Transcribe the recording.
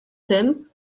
tym